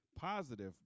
positive